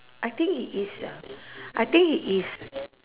I think he is ah I think he is